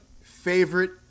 favorite